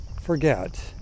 forget